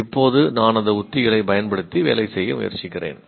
இப்போது நான் அந்த உத்திகளைப் பயன்படுத்தி வேலை செய்ய முயற்சிக்கிறேன்